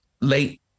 late